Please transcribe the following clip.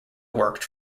worked